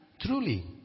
Truly